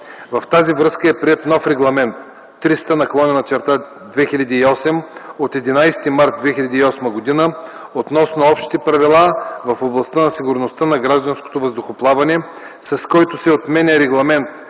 В тази връзка е приет нов Регламент 300/2008 от 11 март 2008 г. относно общите правила в областта на сигурността на гражданското въздухоплаване, с който се отменя Регламент